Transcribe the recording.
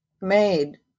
made